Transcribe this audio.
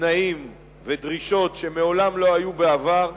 תנאים ודרישות שמעולם לא היו בעבר,